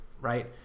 right